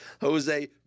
Jose